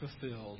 fulfilled